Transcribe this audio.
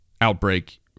outbreak